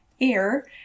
Air